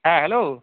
হ্যাঁ হ্যালো